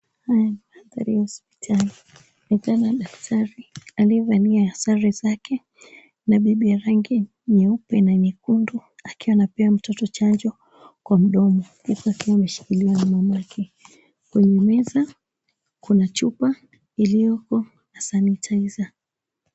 Haya ni mandhari ya hospitali. Kunaonekana daktari aliyevalia sare zake na bib ya rangi nyeupe na nyekundu. Akiwa anapewa mtoto chanjo kwa mdomo, kisha akiwa ameshikiliwa na mamake. Kwenye meza kuna chupa iliyoko na sanitaiza.